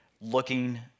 looking